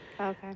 Okay